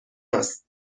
است